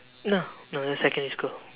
no no that's secondary school